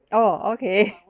oh okay